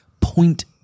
point